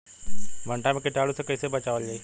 भनटा मे कीटाणु से कईसे बचावल जाई?